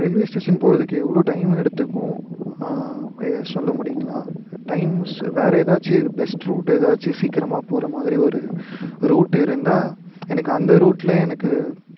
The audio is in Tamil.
ரெயில்வே ஸ்டேஷன் போகிறதுக்கு எவ்வளோ டைம் எடுத்துக்கும் ஏன் சொல்ல முடியுங்களா டைம் சு வேறு ஏதாச்சு பெஸ்ட் ரூட் ஏதாச்சு சீக்கிரமாக போகிற மாதிரி ஒரு ரூட் இருந்தால் எனக்கு அந்த ரூட்லையே எனக்கு